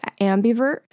Ambivert